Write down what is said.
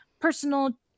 personal